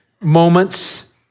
moments